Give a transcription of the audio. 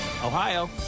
Ohio